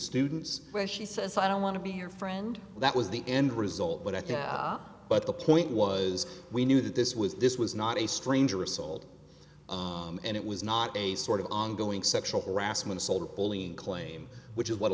students where she says i don't want to be your friend that was the end result but i think but the point was we knew that this was this was not a stranger assault and it was not a sort of ongoing sexual harassment sold only claim which is what a